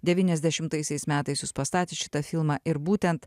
devyniasdešimtaisiais metais jūs pastatėt šitą filmą ir būtent